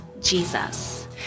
Jesus